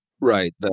Right